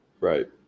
Right